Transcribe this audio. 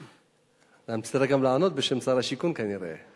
אתה תצטרך לענות בשם שר השיכון, כנראה.